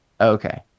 Okay